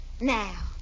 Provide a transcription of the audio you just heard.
Now